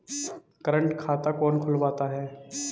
Current खाता कौन खुलवाता है?